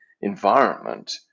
environment